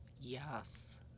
Yes